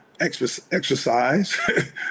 exercise